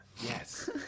Yes